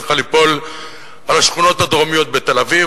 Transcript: צריכה ליפול על השכונות הדרומיות בתל-אביב,